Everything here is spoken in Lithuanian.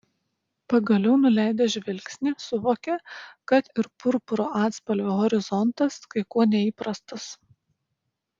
pagaliau nuleidęs žvilgsnį suvokė kad ir purpuro atspalvio horizontas kai kuo neįprastas